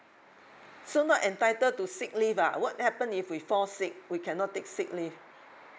so not entitled to sick leave ah what happen if we fall sick we cannot take sick leave